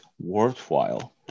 worthwhile